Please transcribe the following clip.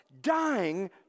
dying